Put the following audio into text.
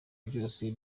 byose